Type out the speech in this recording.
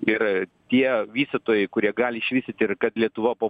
ir tie vystytojai kurie gali išvystyti ir kad lietuva po